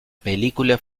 película